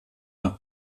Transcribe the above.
nach